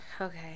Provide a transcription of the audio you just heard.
Okay